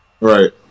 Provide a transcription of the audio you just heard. Right